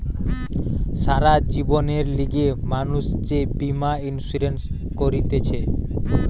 সারা জীবনের লিগে মানুষ যে বীমা ইন্সুরেন্স করতিছে